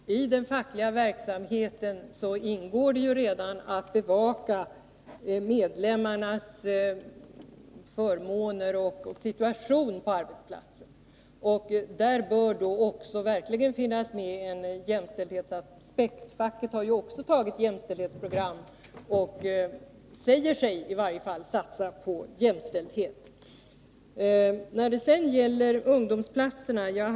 Herr talman! I den fackliga verksamheten ingår redan att bevaka medlemmarnas förmåner och deras situation på arbetsplatsen. Där bör en jämställdhetsaspekt finnas med. Facket har ju också ett jämställdhetsprogram och säger sig satsa på jämställdhet. Jag hann inte tala så mycket om ungdomsplatserna tidigare.